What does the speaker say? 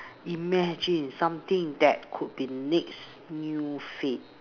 imagine something that could be next few fate